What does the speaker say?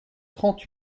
trente